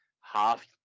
half